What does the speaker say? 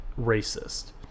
racist